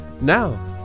Now